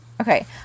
Okay